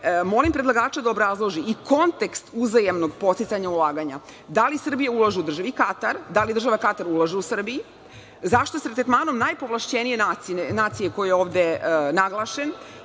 molim predlagača da obrazloži i kontekst uzajamnog podsticanja ulaganja. Da li Srbija ulaže u državi Katar? Da li država Katar ulaže u Srbiji? Zašto se tretmanom najpovlašćenije nacije koji je ovde naglašen